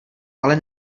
ale